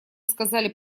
сказали